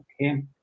Okay